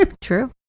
True